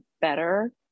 better